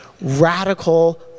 Radical